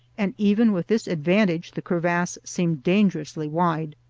and even with this advantage the crevasse seemed dangerously wide.